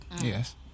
Yes